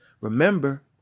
Remember